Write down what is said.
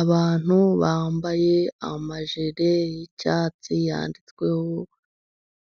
Abantu bambaye amajire y'icyatsi yanditsweho